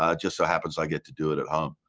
ah just so happens i get to do it at home.